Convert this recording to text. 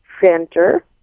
Center